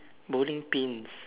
bowling pins